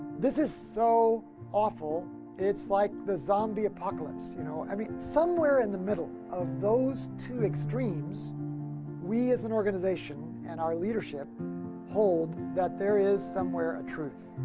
this is so awful it's like the zombie apocalypse you know. i mean somewhere in the middle of those two extremes we as an organization and our leadership hold that there is somewhere a truth.